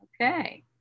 Okay